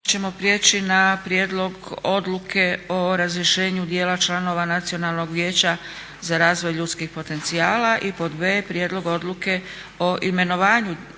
vama je Prijedlog odluke o razrješenju dijela članova Nacionalnog vijeća za razvoj ljudskih potencijala kao i Prijedlog odluke o imenovanju dijela